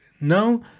Now